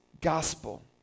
gospel